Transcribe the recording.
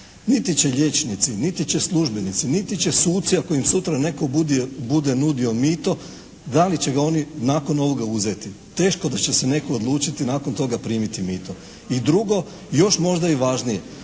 Niti će liječnici, niti će službenici, niti će suci ako im sutra netko bude nudio mito, da li će ga oni nakon ovoga uzeti. Teško da će se netko odlučiti nakon toga primiti mito. I drugo, još možda i važnije.